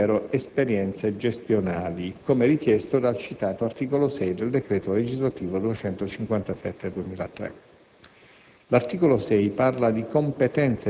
e del Ministro dell'ambiente, non avrebbero «esperienze» gestionali, come richiesto dal citato articolo 6 del decreto legislativo n. 257 del 2003.